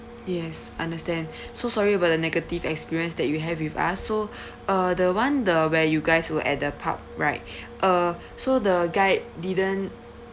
yes understand so sorry about the negative experience that you have with us so uh the one the where you guys were at the pub right uh so the guide didn't